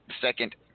second